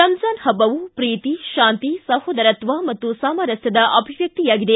ರಮಜಾನ್ ಹಬ್ಬವು ಪ್ರೀತಿ ಶಾಂತಿ ಸಹೋದರತ್ವ ಮತ್ತು ಸಾಮರಸ್ಕದ ಅಭಿವ್ಯಕ್ತಿಯಾಗಿದೆ